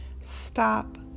stop